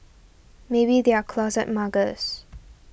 maybe they are closet muggers